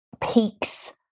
peaks